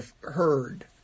heard